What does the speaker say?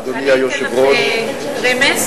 אדוני היושב-ראש,